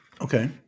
Okay